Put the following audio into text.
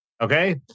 okay